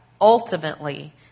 ultimately